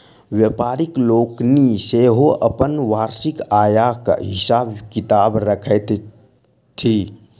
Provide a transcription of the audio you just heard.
व्यापारि लोकनि सेहो अपन वार्षिक आयक हिसाब किताब रखैत छथि